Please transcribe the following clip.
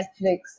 Netflix